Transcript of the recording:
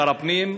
שר הפנים,